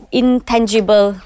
intangible